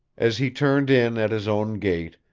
as he turned in at his own gate,